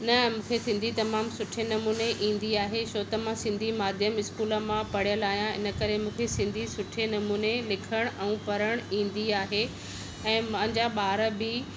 न मूंखे सिन्धी तमाम सुठे नमूने ईन्दी आहे छो त मां सिन्धी माध्यम स्कूल मां पढ़ियलु आहियां इन करे मूंखे सिन्धी सुठे नमूने लिखणु ऐं पढ़णु ईन्दी आहे ऐं मुंहिंजा ॿार बि